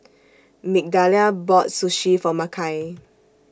Migdalia bought Sushi For Makai